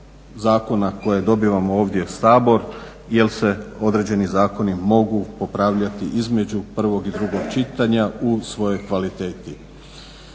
zakona koje dobivamo ovdje u Sabor jel se određeni zakoni mogu popravljati između prvog i drugog čitanja u svojoj kvaliteti.